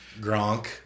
Gronk